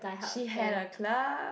she had a club